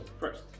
first